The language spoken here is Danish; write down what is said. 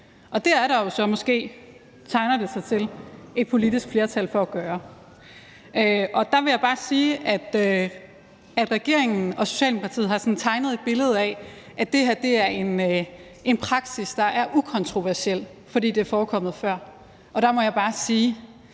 til verdens fattigste. Det tegner der sig så måske et politisk flertal for at gøre. Der vil jeg bare sige, at regeringen og Socialdemokratiet har tegnet et billede af, at det her er en praksis, der er ukontroversiel, fordi det er forekommet før. Der må jeg bare sige,